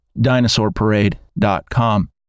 dinosaurparade.com